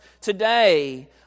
today